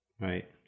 Right